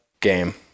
game